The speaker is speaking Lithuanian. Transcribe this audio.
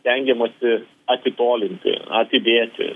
stengiamasi atitolinti atidėti